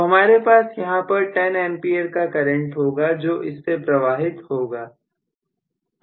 तो हमारे पास यहां पर 10A का करंट होगा जो इससे प्रवाहित होगा